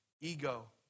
ego